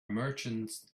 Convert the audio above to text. merchants